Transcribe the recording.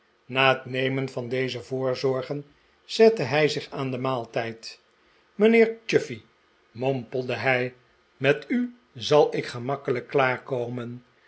na het nemen van deze voorzorgen zette hij zich aan zijn maaltijd mijnheer chuffey mompelde hij met u zal ik gemakkelijk